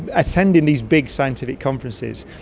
attending these big scientific conferences,